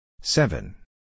Seven